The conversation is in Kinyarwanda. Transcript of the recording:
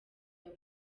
buri